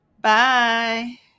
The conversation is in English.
Bye